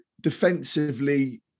defensively